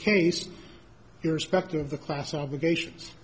case irrespective of the class obligations